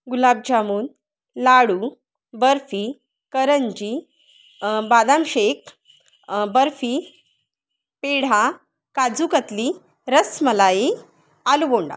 गुलाबजामून लाडू बर्फी करंजी बदाम शेक बर्फी पेढा काजूकतली रसमलाई आलूबोंडा